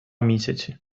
місяці